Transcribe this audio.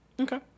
Okay